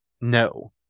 No